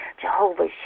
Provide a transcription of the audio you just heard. Jehovah